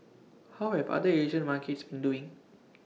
how have other Asian markets been doing